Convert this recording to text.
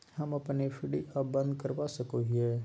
हम अप्पन एफ.डी आ बंद करवा सको हियै